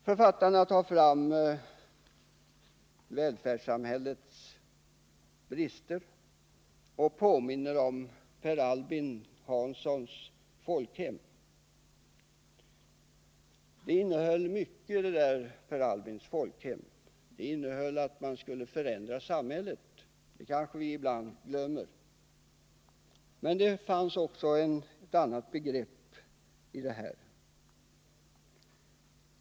Författarna tar fram välfärdssamhällets brister och påminner om Per Albin Hanssons folkhem. Man skulle förändra samhället — det glömmer vi kanske ibland. Men det fanns också någonting annat.